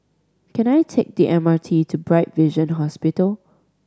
can I take the M R T to Bright Vision Hospital